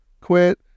quit